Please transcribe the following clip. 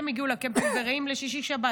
הם הגיעו לקמפינג ברעים לשישי-שבת.